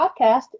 Podcast